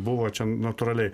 buvo čia natūraliai